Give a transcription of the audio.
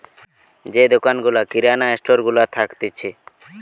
যে দোকান গুলা কিরানা স্টোর গুলা থাকতিছে